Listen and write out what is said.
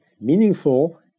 meaningful